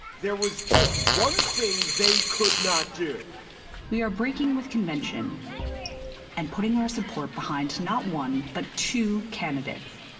there was just one thing they could not do we are breaking with convention and putting our support behind not one, but two candidates,